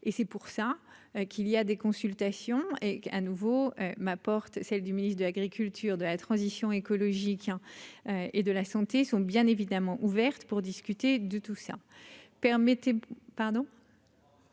et c'est pour ça qu'il y a des consultations et un nouveau ma porte, celle du ministre de l'agriculture de la transition écologique, hein, et de la santé sont bien évidemment ouverte, pour discuter de tout ça,